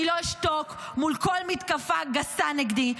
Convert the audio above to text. אני לא אשתוק מול כל מתקפה גסה נגדי.